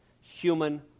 human